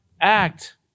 act